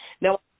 Now